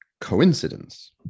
coincidence